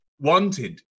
wanted